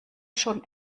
schon